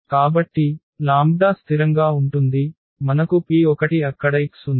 కాబట్టి λ స్థిరంగా ఉంటుంది మనకు P 1 అక్కడ x ఉంది